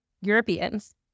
Europeans